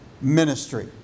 ministry